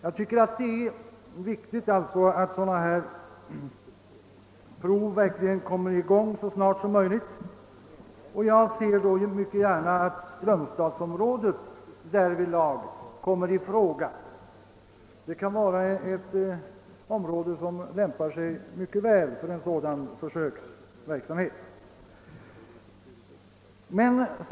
Jag anser det vara mycket viktigt att försöksverksamhet anordnas snarast möjligt och ser mycket gärna att strömstadsområdet då kommer i fråga. Det kan vara ett område som mycket väl lämpar sig för en dylik försöksverksamhet.